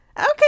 Okay